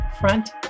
Front